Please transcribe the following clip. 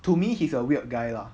to me he is a weird guy lah